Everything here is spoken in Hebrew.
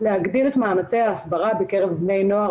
להגדיל את מאמצי ההסברה בקרב בני נוער